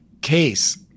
case